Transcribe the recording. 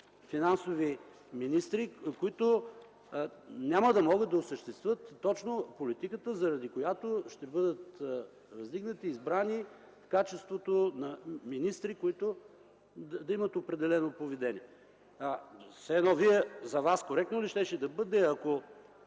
финансови министри, които няма да могат да осъществят точно политиката, заради която ще бъдат издигнати и избрани в качеството на министри, които да имат определено поведение. За Вас коректно ли щеше да бъде, ако